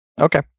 Okay